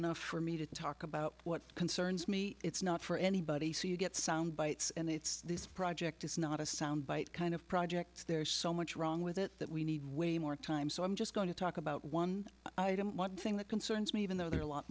enough for me to talk about what concerns me it's not for anybody so you get sound bites and it's this project is not a sound bite kind of project there is so much wrong with it that we need way more time so i'm just going to talk about one item one thing that concerns me even though there are a lot